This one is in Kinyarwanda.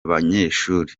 banyeshuri